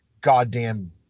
goddamn